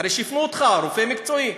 אחרי שהפנה אותך רופא מקצועי,